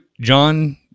John